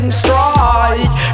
strike